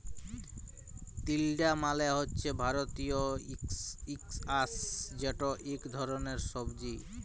তিলডা মালে হছে ভারতীয় ইস্কয়াশ যেট ইক ধরলের সবজি